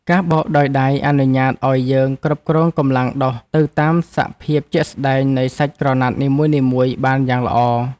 ការបោកដោយដៃអនុញ្ញាតឱ្យយើងគ្រប់គ្រងកម្លាំងដុសទៅតាមសភាពជាក់ស្តែងនៃសាច់ក្រណាត់នីមួយៗបានយ៉ាងល្អ។